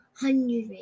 hundred